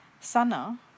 Sana